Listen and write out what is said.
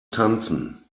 tanzen